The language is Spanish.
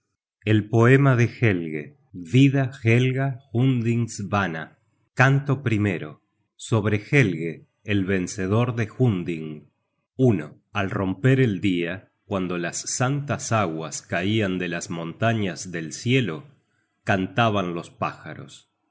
el poema de helge el vencedor de hunding canto primero sobre helge el vencedor de hunding al romper el dia cuando las santas aguas caian de las montañas del cielo cantaban los pájaros